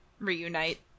Reunite